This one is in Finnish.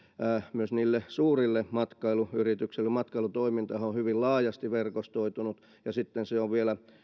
myös niille suurille matkailuyrityksille matkailutoimintahan on hyvin laajasti verkostoitunut ja sitten on vielä